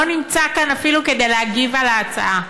לא נמצא כאן אפילו כדי להגיב על ההצעה.